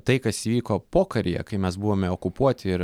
tai kas įvyko pokaryje kai mes buvome okupuoti ir